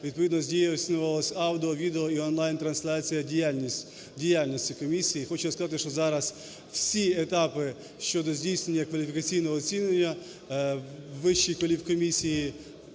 відповідно здійснювалось аудіо-, відео- і онлайн-трансляція діяльності комісії. Хочу сказати, що зараз всі етапи щодо здійснення кваліфікаційного оцінювання Вищої кваліфкомісії